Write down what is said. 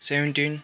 seventeen